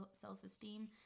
self-esteem